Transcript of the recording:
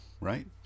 right